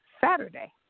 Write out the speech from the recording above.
Saturday